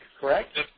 Correct